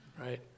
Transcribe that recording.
right